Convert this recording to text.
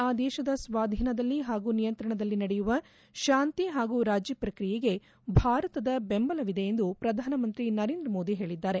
ಆ ದೇಶದ ಸ್ವಾಧೀನದಲ್ಲಿ ಹಾಗೂ ನಿಯಂತ್ರಣದಲ್ಲಿ ನಡೆಯುವ ಶಾಂತಿ ಹಾಗೂ ರಾಜಿ ಪ್ರಕ್ರಿಯೆಗೆ ಭಾರತದ ಬೆಂಬಲವಿದೆ ಎಂದು ಪ್ರಧಾನಮಂತ್ರಿ ನರೇಂದ್ರ ಮೋದಿ ಹೇಳಿದ್ದಾರೆ